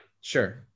sure